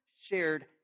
shared